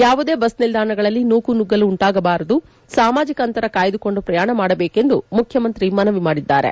ಯಾವುದೇ ಬಸ್ ನಿಲ್ದಾಣಗಳಲ್ಲಿ ನೂಕು ನುಗ್ಗಲು ಉಂಟಾಗಬಾರದು ಸಾಮಾಜಿಕ ಅಂತರ ಕಾಯ್ದುಕೊಂಡು ಪ್ರಯಾಣ ಮಾಡಬೇಕು ಎಂದು ಮುಖ್ಯಮಂತ್ರಿ ಮನವಿ ಮಾಡಿದ್ದಾರೆ